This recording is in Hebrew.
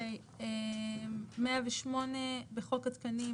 "תיקון חוק התקנים 108. "בחוק התקנים,